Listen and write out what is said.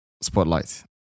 spotlight